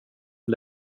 för